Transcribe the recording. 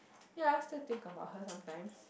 ya still think about her sometimes